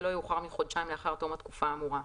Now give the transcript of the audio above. ולא יאוחר מחודשיים לאחר תום התקופה האמורה.